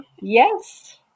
yes